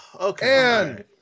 okay